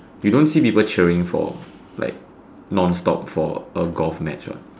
we don't see people cheering for like non stop for a golf match what